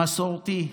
מסורתי,